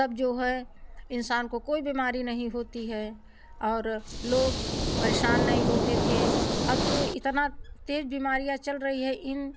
तब जो है इंसान को कोई बीमारी नहीं होती है और लोग परेशान नहीं होते थे अब तो इतना तेज बीमारियाँ चल रही है इन